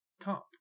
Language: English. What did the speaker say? comp